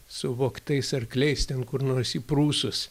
su vogtais arkliais ten kur nors į prūsus